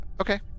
Okay